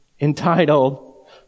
entitled